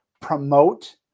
promote